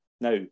Now